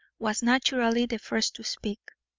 was naturally the first to speak.